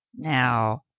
now,